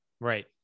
Right